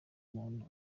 umuntu